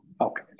Okay